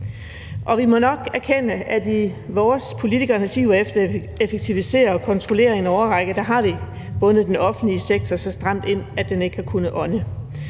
Vi må nok erkende, at med vi politikeres iver efter at effektivisere og kontrollere i en årrække har vi bundet den offentlige sektor så stramt ind, at den ikke har kunnet ånde.